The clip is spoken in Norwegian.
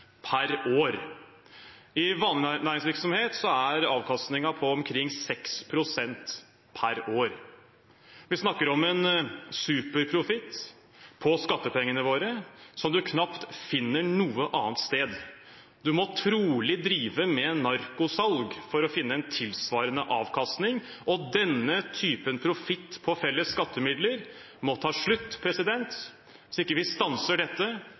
per år. I vanlig næringsvirksomhet er avkastningen på omkring 6 pst. per år. Vi snakker om en superprofitt på skattepengene våre som man knapt finner noe annet sted. Man må trolig drive med narkotikasalg for å finne en tilsvarende avkastning. Denne typen profitt på felles skattemidler må ta slutt. Hvis vi ikke stanser denne enorme sløsingen med innbyggernes skattemidler, vil vi